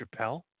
Chappelle